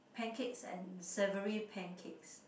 pancakes and savoury pancakes